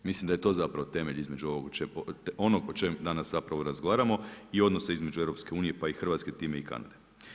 Mislim da je to zapravo temelj između onog o čem danas zapravo razgovaramo i odnosi između EU pa i Hrvatske time i Kanade.